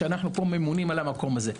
שאנחנו פה ממונים על המקום הזה.